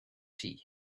tea